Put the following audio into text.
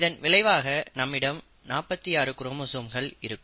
இதன் விளைவாக நம்மிடம் 46 குரோமோசோம்கள் இருக்கும்